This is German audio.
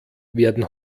werden